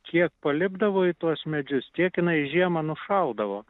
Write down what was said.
kiek palipdavo į tuos medžius tiek jinai žiemą nušaldavo